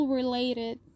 related